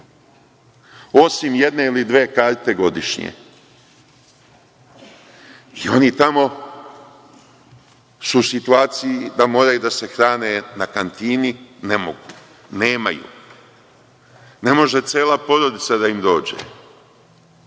osim jedne ili dve karte godišnje. Oni su tamo u situaciji da moraju da se hrane na kantini. Ne mogu, nemaju. Ne može cela porodica da im